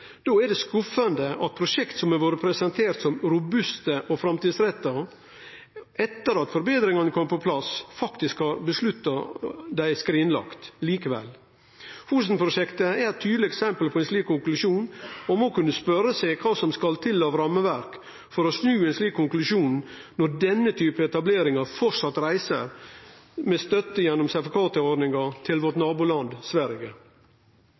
Då er det skuffande at prosjekt som har vore presenterte som robuste og framtidsretta, etter at forbetringane er komne på plass, faktisk blir vedtatt skrinlagde likevel. Fosen-prosjektet er eit tydeleg eksempel på ein slik konklusjon, og ein må kunne spørje seg kva som skal til av rammeverk for å snu ein slik konklusjon, når denne typen etableringar framleis reiser med støtte gjennom sertifikatordninga til vårt naboland Sverige.